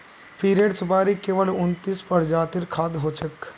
चीड़ेर सुपाड़ी केवल उन्नतीस प्रजातिर खाद्य हछेक